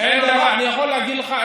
אני יכול להגיד לך,